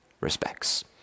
respects